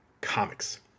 comics